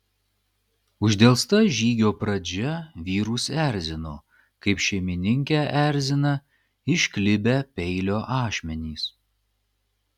uždelsta žygio pradžia vyrus erzino kaip šeimininkę erzina išklibę peilio ašmenys